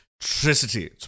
Electricity